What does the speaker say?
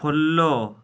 follow